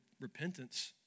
repentance